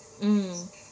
mm